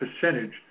percentage